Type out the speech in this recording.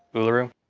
uluru.